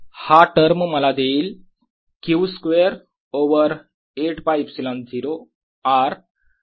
हा टर्म मला देईल Q स्क्वेअरओवर 8 ㄫ ε0 R